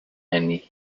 and